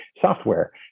software